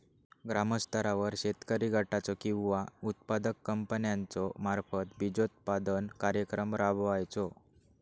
ग्रामस्तरावर शेतकरी गटाचो किंवा उत्पादक कंपन्याचो मार्फत बिजोत्पादन कार्यक्रम राबायचो?